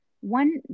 one